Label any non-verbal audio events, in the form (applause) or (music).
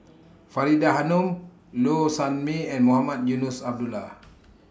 Faridah Hanum Low Sanmay and Mohamed Eunos Abdullah (noise)